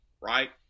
right